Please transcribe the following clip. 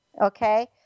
Okay